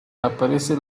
aparece